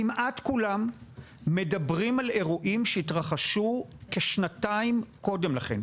כמעט כולם מדברים על אירועים שהתרחשו כשנתיים קודם לכן,